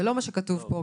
זה לא מה שכתוב פה,